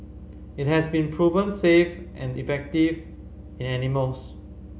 it has been proven safe and effective in animals